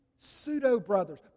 Pseudo-brothers